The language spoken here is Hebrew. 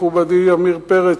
מכובדי עמיר פרץ,